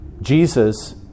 Jesus